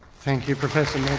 thank you professor